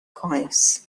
coins